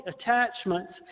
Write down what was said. attachments